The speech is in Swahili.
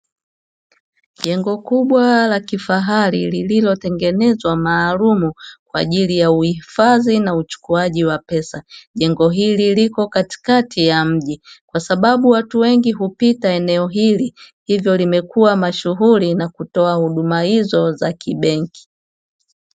Jengo kubwa la kifahari lililotengenezwa maalumu, kwa ajili ya uhifadhi na uchukuaji wa pesa. Jengo hili liko katikati ya mji; kwa sababu watu wengi hupita eneo hili, hivyo limekuwa mashuhuri na kutoa huduma hizo za kibenki.